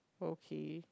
okay